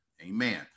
amen